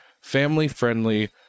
family-friendly